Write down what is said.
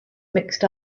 mixed